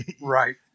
Right